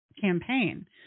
campaign